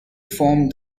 formed